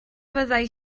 fyddai